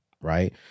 right